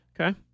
Okay